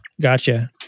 Gotcha